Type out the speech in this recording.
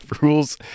rules